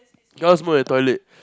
cannot smoke in the toilet